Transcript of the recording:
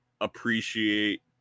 appreciate